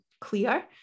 clear